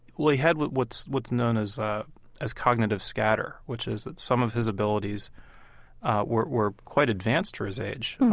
what he had what's what's known as ah as cognitive scatter, which is that some of his abilities were were quite advanced for his age,